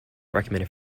recommended